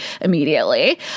immediately